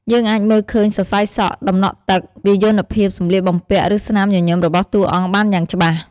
យើងអាចមើលឃើញ សរសៃសក់ ដំណក់ទឹក វាយនភាពសម្លៀកបំពាក់ ឬស្នាមញញឹមរបស់តួអង្គបានយ៉ាងច្បាស់ ។